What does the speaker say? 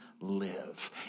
live